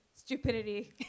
Stupidity